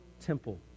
temple